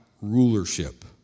rulership